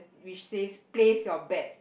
which says place your bet